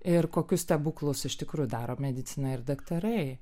ir kokius stebuklus iš tikrųjų daro medicina ir daktarai